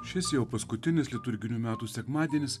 šis jau paskutinis liturginių metų sekmadienis